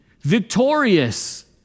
victorious